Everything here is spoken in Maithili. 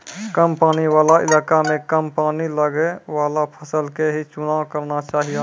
कम पानी वाला इलाका मॅ कम पानी लगैवाला फसल के हीं चुनाव करना चाहियो